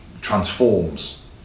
transforms